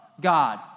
God